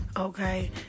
Okay